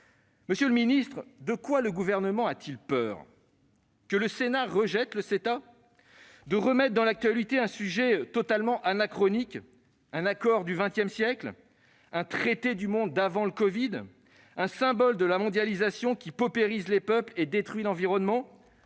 notre endroit. De quoi le Gouvernement a-t-il peur ? Que le Sénat rejette le CETA ? De remettre dans l'actualité un sujet totalement anachronique, un accord du XX siècle, un traité du monde d'avant le covid, un symbole de la mondialisation qui paupérise les peuples et détruit l'environnement ?